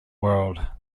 world